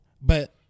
but-